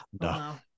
no